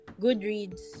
goodreads